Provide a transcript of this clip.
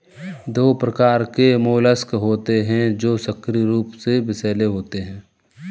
दो प्रकार के मोलस्क होते हैं जो सक्रिय रूप से विषैले होते हैं